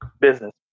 business